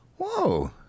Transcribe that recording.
Whoa